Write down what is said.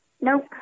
Nope